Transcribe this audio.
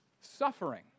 suffering